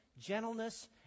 gentleness